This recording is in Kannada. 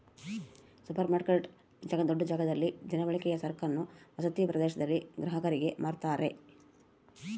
ಸೂಪರ್ರ್ ಮಾರ್ಕೆಟ್ ದೊಡ್ಡ ಜಾಗದಲ್ಲಿ ದಿನಬಳಕೆಯ ಸರಕನ್ನು ವಸತಿ ಪ್ರದೇಶದಲ್ಲಿ ಗ್ರಾಹಕರಿಗೆ ಮಾರುತ್ತಾರೆ